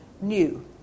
new